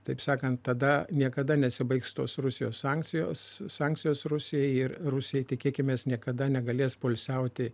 taip sakant tada niekada nesibaigs tos rusijos sankcijos sankcijos rusijai ir rusija tikėkimės niekada negalės poilsiauti